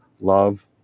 love